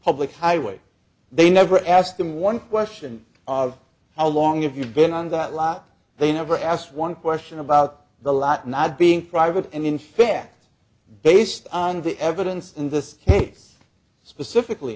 public highway they never asked him one question of how long have you been on that lot they never asked one question about the lot not being private and in fact based on the evidence in this case specifically